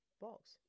Box